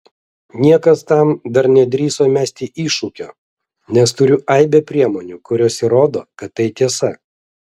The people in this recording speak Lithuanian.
niekas tam dar nedrįso mesti iššūkio nes turiu aibę priemonių kurios įrodo kad tai tiesa